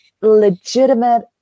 legitimate